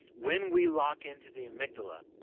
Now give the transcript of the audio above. when we lock into the amygdala,